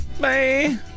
Bye